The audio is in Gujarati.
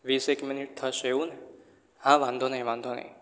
વીસેક મિનિટ થશે એવું ને હા વાંધો નહીં વાંધો નહીં